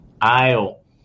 aisle